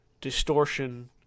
Distortion